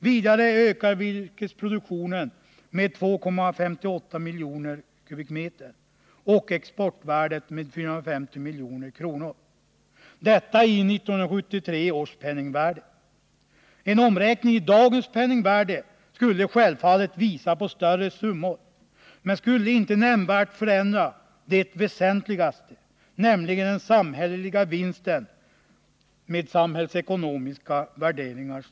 Vidare skulle virkesproduktionen öka med 2,58 miljoner kubikmeter och exportvärdet med 450 milj.kr., detta i 1973 års penningvärde. En omräkning till dagens penningvärde skulle självfallet ge större summor men skulle inte nämnvärt förändra det väsentligaste, nämligen en samhällelig vinst på basis av samhällsekonomiska värderingar.